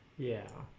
yeah